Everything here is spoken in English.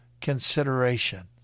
consideration